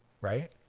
right